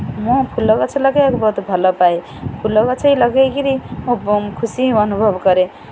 ମୁଁ ଫୁଲ ଗଛ ଲଗେଇବାକୁ ବହୁତ ଭଲପାଏ ଫୁଲ ଗଛ ଲଗେଇକିରି ମୁଁ ଖୁସି ଅନୁଭବ କରେ